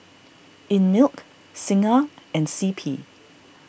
Einmilk Singha and C P